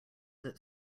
that